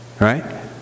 right